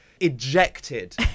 ejected